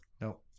No